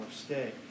stay